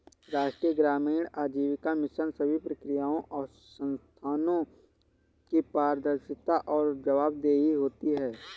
राष्ट्रीय ग्रामीण आजीविका मिशन सभी प्रक्रियाओं और संस्थानों की पारदर्शिता और जवाबदेही होती है